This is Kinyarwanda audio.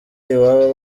n’iwabo